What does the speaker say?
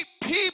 people